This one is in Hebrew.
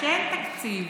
כשאין תקציב